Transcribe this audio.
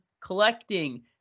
collecting